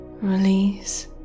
Release